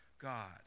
God